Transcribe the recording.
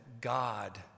God